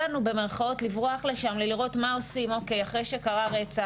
לנו" לברוח לשם לראות מה עושים אוקיי אחרי שקרה רצח.